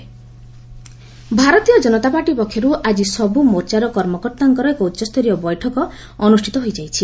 BJP party meeting Bharatiya Janata party ପକ୍ଷରୁ ଆଜି ସବୁ ମୋର୍ଚ୍ଚାର କର୍ମକର୍ତ୍ତାଙ୍କର ଏକ ଉଚ୍ଚସ୍ତରୀୟ ବୈଠକ ଅନୁଷ୍ଠିତ ହୋଇଯାଇଛି